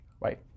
right